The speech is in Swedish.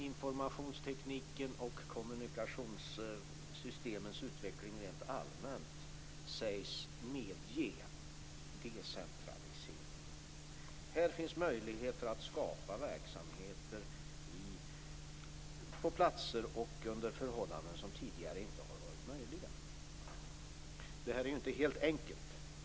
Informationstekniken och kommunikationssystemens utveckling rent allmänt sägs medge decentralisering. Här finns möjlighet att skapa verksamheter på platser och under förhållanden som tidigare inte har varit möjliga. Det här är inte helt enkelt.